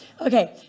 Okay